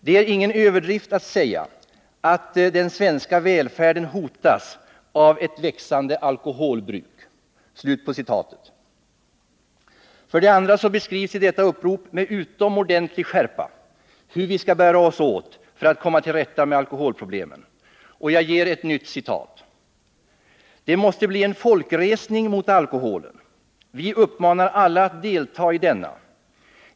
Det är ingen överdrift att säga att den svenska välfärden hotas av ett växande alkoholbruk.” För det andra beskrivs i detta upprop med utomordentlig skärpa hur vi skall bära oss åt för att komma till rätta med alkoholproblemen: ”Det måste bli en folkresning mot alkoholen. Vi manar alla att delta i denna.